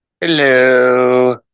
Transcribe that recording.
Hello